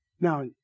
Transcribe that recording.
Now